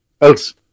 Else